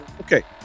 Okay